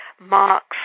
marks